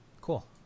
cool